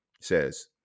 says